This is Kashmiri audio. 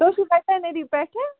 تُہۍ چھِو ویٹانٔری پٮ۪ٹھٕ